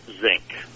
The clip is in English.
zinc